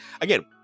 again